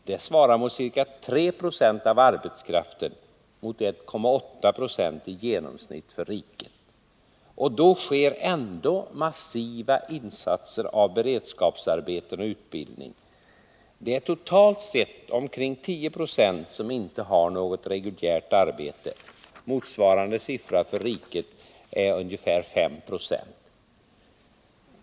Det svarar mot ca 3 70 av arbetskraften mot 1,8 2 i genomsnitt för riket. Och då görs ändå massiva insatser i form av beredskapsarbeten och utbildning. Det är totalt sett omkring 10 26 som inte har något reguljärt arbete. Motsvarande siffra för riket är ungefär 5 90.